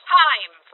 time